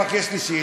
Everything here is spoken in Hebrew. רק יש לי שאלה,